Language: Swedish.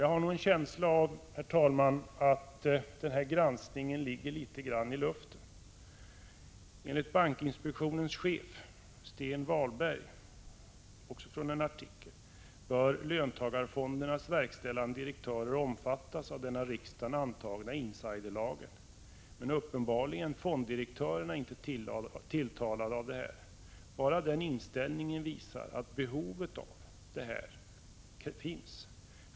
Jag har nog en känsla av att en sådan granskning ligger i luften. Bankinspektionens chef, Sten Walberg, säger i en artikel att löntagarfon dernas verkställande direktörer bör omfattas av den av riksdagen antagna insiderlagen. Men uppenbarligen är fonddirektörerna inte tilltalade av detta. Bara den inställningen visar att det föreligger behov av en reglering.